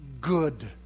good